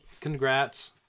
congrats